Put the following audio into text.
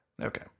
Okay